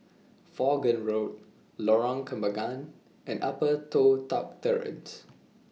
Vaughan Road Lorong Kembagan and Upper Toh Tuck Terrace